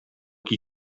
chi